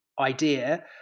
idea